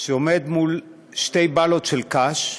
שעומד מול שתי באלות של קש,